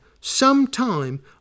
sometime